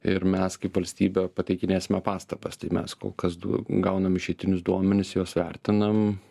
ir mes kaip valstybė pateikinėsime pastabas tai mes kol kas du gaunam išeitinius duomenis juos vertinam